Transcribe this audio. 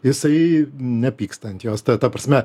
jisai nepyksta ant jos ta prasme